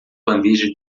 bandeja